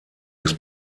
des